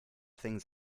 things